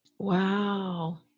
Wow